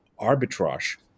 arbitrage